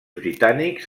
britànics